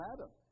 Adam